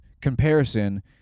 comparison